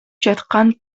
жаткан